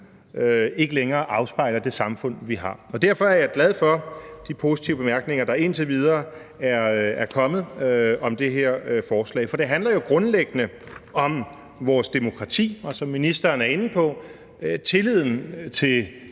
ikke længere afspejler det samfund, vi har. Derfor er jeg glad for de positive bemærkninger, der indtil videre er kommet om det her forslag, for det handler jo grundlæggende om vores demokrati og, som ministeren var inde på, om tilliden til